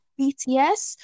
BTS